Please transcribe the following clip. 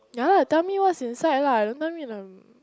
yea lah tell me what's inside lah don't tell me the